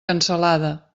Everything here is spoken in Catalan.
cansalada